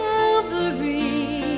Calvary